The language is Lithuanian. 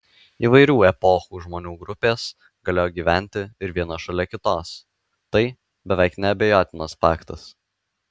įvairių epochų žmonių grupės galėjo gyventi ir viena šalia kitos tai beveik neabejotinas faktas